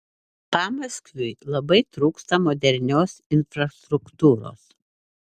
pamaskviui labai trūksta modernios infrastruktūros